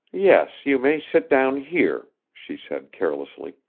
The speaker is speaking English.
yes, you may sit down here, she said carelessly.